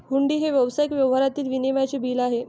हुंडी हे व्यावसायिक व्यवहारातील विनिमयाचे बिल आहे